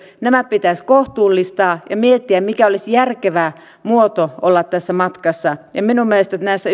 pitäisi kohtuullistaa ja miettiä mikä olisi järkevä muoto tässä matkassa minun mielestäni näissä